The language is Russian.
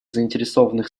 заинтересованных